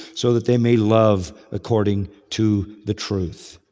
so that they may love according to the truth.